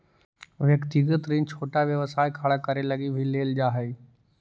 व्यक्तिगत ऋण छोटा व्यवसाय खड़ा करे लगी भी लेल जा हई